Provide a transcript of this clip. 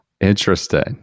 Interesting